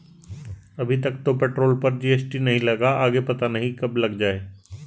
अभी तक तो पेट्रोल पर जी.एस.टी नहीं लगा, आगे पता नहीं कब लग जाएं